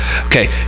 okay